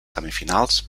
semifinals